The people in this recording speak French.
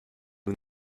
nous